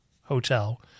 Hotel